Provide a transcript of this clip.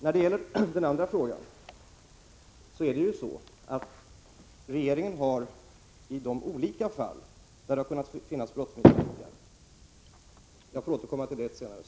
När det gäller den andra frågan är det ju så att regeringen har i de olika fall där det kunnat finnas ——